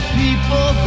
people